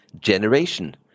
generation